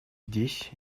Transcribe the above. здесь